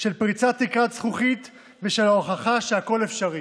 של פריצת תקרת זכוכית ושל ההוכחה שהכול אפשרי.